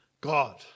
God